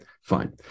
fine